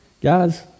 guys